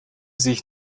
sich